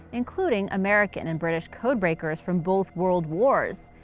including american and british codebreakers from both world wars.